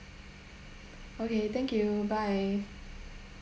okay thank you bye